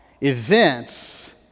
events